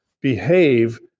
behave